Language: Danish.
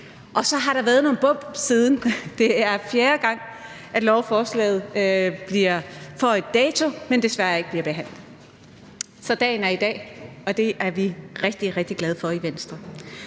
Så har der været nogle bump på vejen siden. Det er fjerde gang, at lovforslaget har fået en dato, men det er desværre ikke blevet behandlet endnu, så dagen er i dag, og det er vi rigtig, rigtig glade for i Venstre.